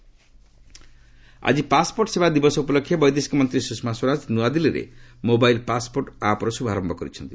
passport ସେବା ଆକି passport ସେବା ଦିବସ ଉପଳକ୍ଷେ ବୈଦେଶିକ ମନ୍ତ୍ରୀ ସୁଷମା ସ୍ୱରାଜ ନ୍ନଆଦିଲ୍ଲୀରେ ମୋବାଇଲ୍ ପାସ୍ପୋର୍ଟ ଆପ୍ର ଶୁଭାରୟ କରିଛନ୍ତି